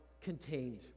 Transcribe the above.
contained